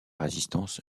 résistance